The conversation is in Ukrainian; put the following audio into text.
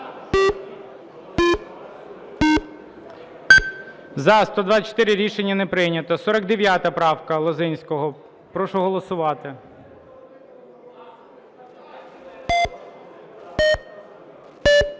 За-124 Рішення не прийнято. 49 правка Лозинського. Прошу голосувати.